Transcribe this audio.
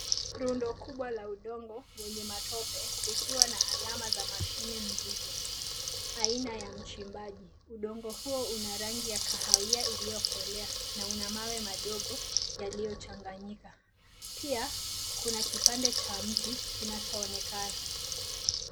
Rundo kubwa la udongo wenye matope likiwa na alama za mashine nzito aina ya mchimbaji. Udongo huo una rangi ya kahawia iliyokolea na una mawe madogo yaliyochanganyika. Pia kuna kipande cha mti kinachoonekana.